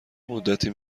مدتی